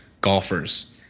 golfers